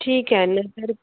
ठीक आहे ना तर